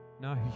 no